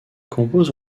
compose